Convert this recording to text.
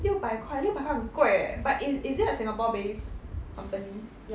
六百块六百块很贵 leh but is is it a singapore based company